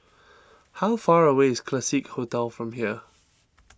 how far away is Classique Hotel from here